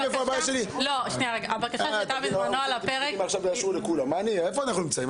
אם עכשיו יאשרו לכולם, איפה אנחנו נמצאים?